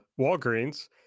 Walgreens